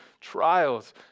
trials